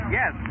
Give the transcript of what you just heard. yes